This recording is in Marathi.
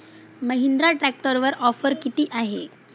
महिंद्रा ट्रॅक्टरवर ऑफर किती आहे?